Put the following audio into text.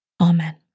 Amen